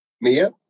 Mia